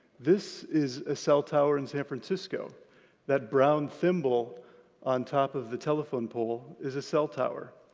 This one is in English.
this is a cell tower in san francisco that brown thimble on top of the telephone pole is a cell tower.